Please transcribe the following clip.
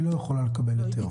היא לא יכולה לקבל היתר?